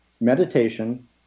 meditation